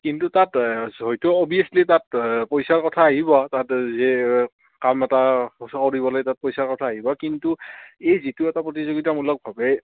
কিন্তু তাত হয়তো অভিয়াচলি তাত পইচাৰ কথা আহিব তাত কাম এটা কৰিবলৈ তাত পইচাৰ কথা আহিব কিন্তু এই যিটো এটা প্ৰতিযোগিতামূলকভাৱে